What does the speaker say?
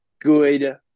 good